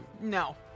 No